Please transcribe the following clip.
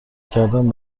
کردن